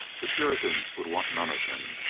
the puritans would want none of him.